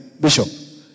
Bishop